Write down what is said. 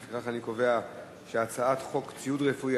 לפיכך אני קובע שהצעת חוק ציוד רפואי,